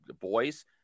boys